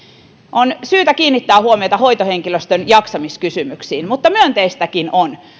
on syytä kiinnittää huomiota hoitohenkilöstön jaksamiskysymyksiin mutta myönteistäkin on